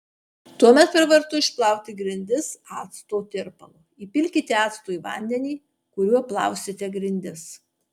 tuomet pravartu išplauti grindis acto tirpalu įpilkite acto į vandenį kuriuo plausite grindis